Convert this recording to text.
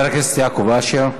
חבר הכנסת יעקב אשר.